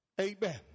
Amen